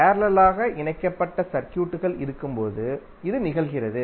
பேரலலாக இணைக்கப்பட்ட சர்க்யூட்கள் இருக்கும்போது இது நிகழ்கிறது